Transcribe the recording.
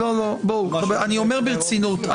אני אומר ברצינות.